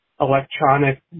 electronic